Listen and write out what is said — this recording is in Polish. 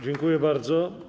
Dziękuję bardzo.